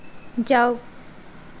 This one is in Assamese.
যাওক